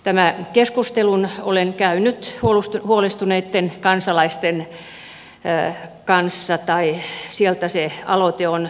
tämän keskustelun olen käynyt huolestuneitten kansalaisten kanssa tai sieltä se aloite on tullut